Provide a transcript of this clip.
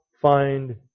find